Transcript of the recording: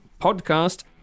podcast